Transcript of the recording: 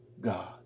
God